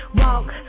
walk